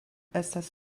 estas